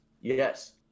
yes